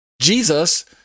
Jesus